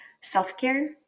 self-care